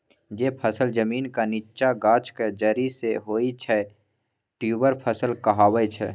जे फसल जमीनक नीच्चाँ गाछक जरि सँ होइ छै ट्युबर फसल कहाबै छै